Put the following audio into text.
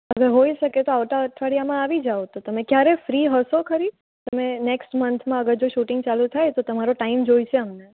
અગર હોઇ શકે તો આવતા અઠવાડીયામાં આવી જાવ તો તમે ક્યારે ફ્રી હશો ખરી તમે નેક્સ્ટ મન્થમાં અગર જો શૂટિંગ ચાલુ થાય તો તમારો ટાઈમ જોઈશે અમને